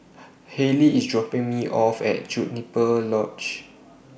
Hallie IS dropping Me off At Juniper Lodge